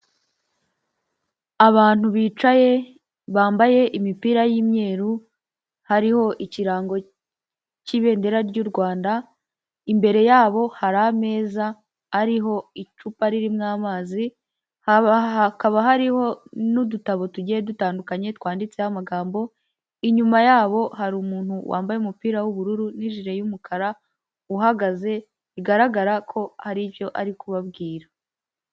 Abantu bicaye bambaye imipira y’imyeru, hariho ikirango cy’ibendera ry’u Rwanda .Imbere yabo hari ameza ariho icupa ririmo amazi, hakaba hariho n’udutabo tugiye dutandukanye twanditseho amagambo. Inyuma yabo, hari umuntu wambaye umupira w’ubururu n’ijire y’umukara uhagaze, bigaragara ko ari byo ari kubabwira.